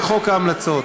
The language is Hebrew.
חבר הכנסת חסון,